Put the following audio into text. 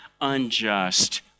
unjust